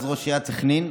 אז ראש עיריית סח'נין,